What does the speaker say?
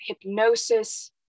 hypnosis